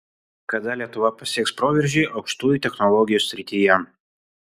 kada lietuva pasieks proveržį aukštųjų technologijų srityje